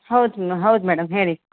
ಹೌದು ಮ ಹೌದು ಮೇಡಮ್ ಹೇಳಿ